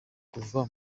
kuva